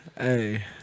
Hey